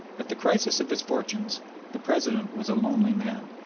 at the crisis of his fortunes the president was a lonely man.